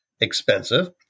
expensive